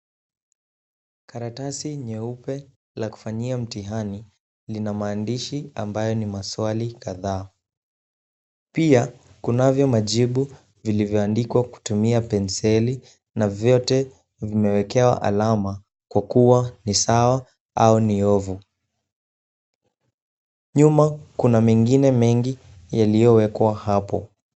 Karatasi nyeupe la kufanyia mtihani lina maandishi ambayo ni maswali kadhaa. Pia kunavyo majibu vilivyoabdikwa kutumia penseli na vyote vimewekewa alama kwa kuwa ni sawa au ni ovu. Nyuma kuna mengine mengi yaliyowekwa hapo.